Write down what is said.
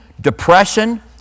depression